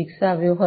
વિકસાવ્યો હતો